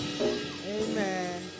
Amen